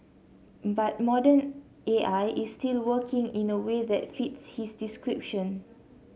but modern A I is still working in a way that fits his description